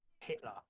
hitler